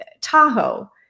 Tahoe